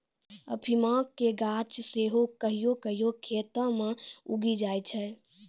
अफीमो के गाछ सेहो कहियो कहियो खेतो मे उगी जाय छै